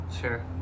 Sure